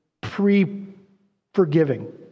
pre-forgiving